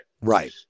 Right